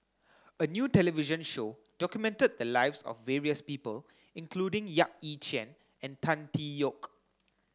a new television show documented the lives of various people including Yap Ee Chian and Tan Tee Yoke